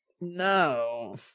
No